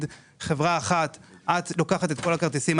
לחברה אחת שהיא לוקחת את כל הכרטיסים,